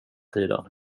tiden